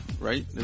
right